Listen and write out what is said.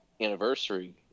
anniversary